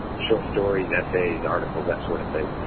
short stories, essays, articles, that sort of thing,